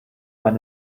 ein